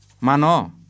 Mano